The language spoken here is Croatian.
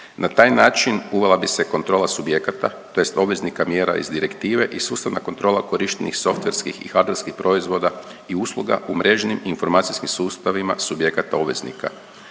Na taj način uvela bi se kontrola subjekata tj. obveznika mjera iz direktive i sustavna kontrola korištenih softverskih i hardverskih proizvoda i usluga u mrežnim informacijskim sustavima subjekata obveznika.